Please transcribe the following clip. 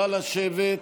נא לשבת.